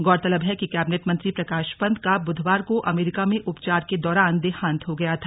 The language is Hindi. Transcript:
गौरतलब है कि कैबिनेट मंत्री प्रकाश पंत का बुधवार को अमेरिका में उपचार के दौरान देहांत हो गया था